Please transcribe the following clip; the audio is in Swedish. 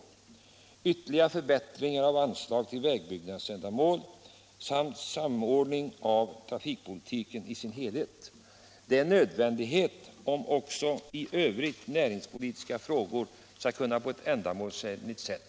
Ytterligare förbättring av anslagen till vägbyggnadsändamål samt samordning av trafikpolitiken i dess helhet är en nödvändighet, om näringspolitiska frågor i övrigt skall kunna lösas på ett riktigt sätt.